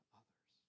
others